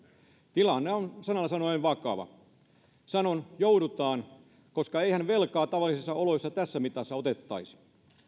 tilanne on sanalla sanoen vakava sanon joudutaan koska eihän velkaa tavallisissa oloissa tässä mitassa otettaisi